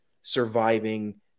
surviving